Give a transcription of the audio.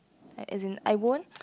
a~ as in I won't